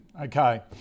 Okay